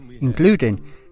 including